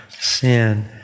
sin